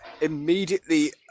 immediately